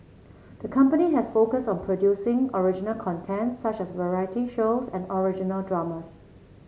the company has focused on producing original content such as variety shows and original dramas